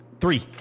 Three